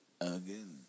again